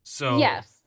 Yes